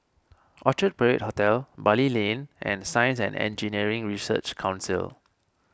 Orchard Parade Hotel Bali Lane and Science and Engineering Research Council